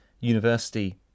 university